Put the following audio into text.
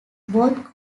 both